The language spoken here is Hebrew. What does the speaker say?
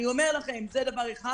אני אומר לכם, זה דבר אחד.